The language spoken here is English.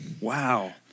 Wow